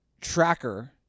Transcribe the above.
tracker